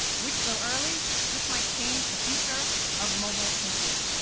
which, though early, just might change the future of mobile computing.